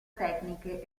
tecniche